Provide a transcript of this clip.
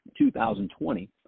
2020